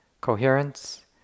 coherence